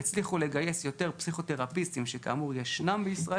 יצליחו לגייס יותר פסיכותרפיסטים שכאמור ישנם בישראל.